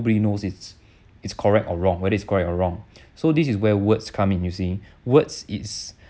nobody knows it's it's correct or wrong whether is correct or wrong so this is where words come in you see words is